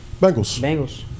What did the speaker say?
Bengals